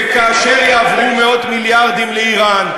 וכאשר יעברו מאות-מיליארדים לאיראן,